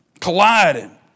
colliding